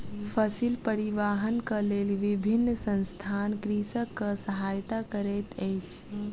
फसिल परिवाहनक लेल विभिन्न संसथान कृषकक सहायता करैत अछि